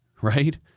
right